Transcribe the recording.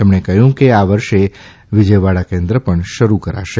તેમણે કહ્યું કે આ વર્ષે વિજયવાડા કેન્દ્ર પણ શરૂ કરાશે